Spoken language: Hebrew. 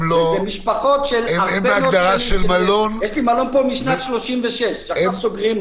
יש לי פה מלון משנת 1936, שעכשיו סוגרים אותו.